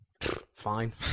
Fine